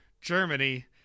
Germany